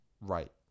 Right